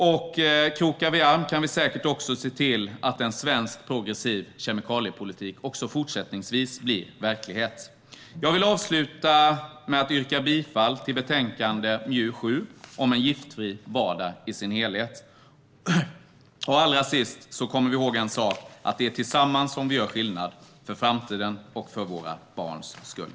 Om vi krokar arm kan vi nog också se till att en progressiv svensk kemikaliepolitik även fortsättningsvis blir verklighet. Jag vill avsluta med att yrka bifall till förslaget i betänkande MJU7 Giftfri vardag i dess helhet. Allra sist vill jag att vi kommer ihåg en sak: Det är tillsammans som vi gör skillnad - för framtiden och för våra barns skull.